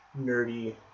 nerdy